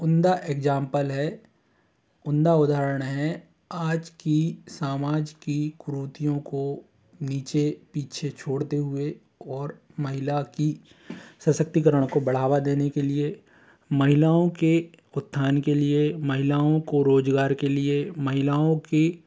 उम्दा एग्जाम्पल है उम्दा उदाहरण है आज के सामाज की कुरीतियों को नीचे पीछे छोड़ते हुए और महिला की सशक्तिकरण को बढ़ावा देने के लिए महिलाओं के उत्थान के लिए महिलाओं को रोज़गार के लिए महिलाओं की